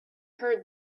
heard